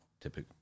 typically